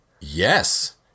Yes